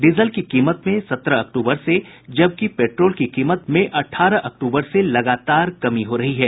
diesel की कीमत में सत्रह अक्टूबर से जबकि पेट्रोल की कीमत में अठारह अक्टूबर से लगातार कमी हो रही है